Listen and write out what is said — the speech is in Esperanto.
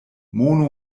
mono